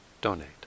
donate